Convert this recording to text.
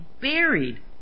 buried